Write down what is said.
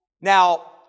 Now